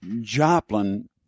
Joplin